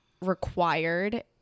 required